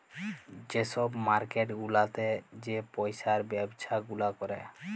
যে ছব মার্কেট গুলাতে যে পইসার ব্যবছা গুলা ক্যরে